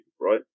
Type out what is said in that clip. right